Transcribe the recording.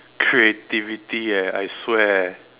creativity eh I swear